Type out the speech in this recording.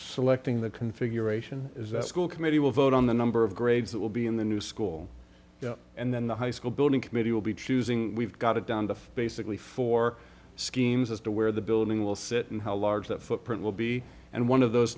selecting the configuration is that school committee will vote on the number of grades that will be in the new school and then the high school building committee will be choosing we've got it down to basically four schemes as to where the building will sit and how large that footprint will be and one of those